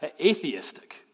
atheistic